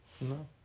No